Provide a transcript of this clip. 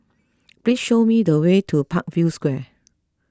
please show me the way to Parkview Square